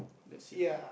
that's it lah